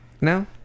no